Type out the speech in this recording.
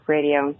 Radio